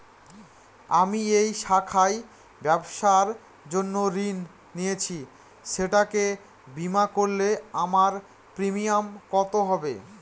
আমি এই শাখায় ব্যবসার জন্য ঋণ নিয়েছি সেটাকে বিমা করলে আমার প্রিমিয়াম কত হবে?